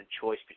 choice